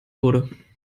wurde